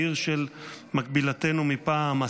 בעיר של מקבילתנו מפעם,